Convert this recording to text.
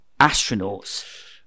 astronauts